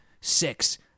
six